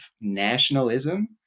nationalism